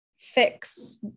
fix